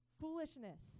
Foolishness